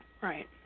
right